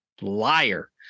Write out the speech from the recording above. liar